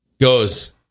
goes